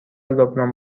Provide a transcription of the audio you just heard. لبنان